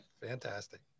Fantastic